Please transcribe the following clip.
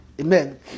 Amen